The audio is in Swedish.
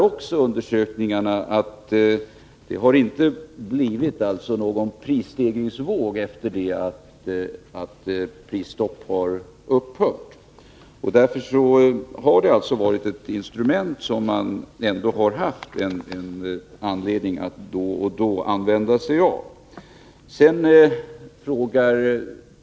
Men undersökningarna visar att det inte har blivit någon prisstegringsvåg efter det att ett prisstopp har upphört. Prisregleringslagen har alltså varit ett instrument som man då och då haft nytta av att använda sig av.